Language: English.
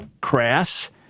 crass